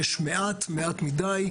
יש מעט, מעט מידי.